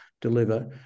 deliver